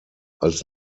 als